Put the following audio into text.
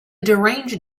deranged